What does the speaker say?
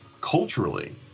culturally